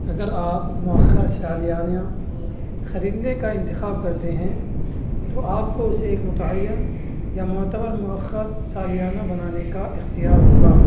اگر آپ مؤخر سالیانہ خریدنے کا انتخاب کرتے ہیں تو آپ کو اسے ایک متعین یا معتبر موخر سالیانہ بنانے کا اختیار ہوگا